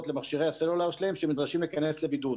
למכשירי הסלולר שלהם שהם נדרשים להיכנס לבידוד.